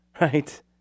right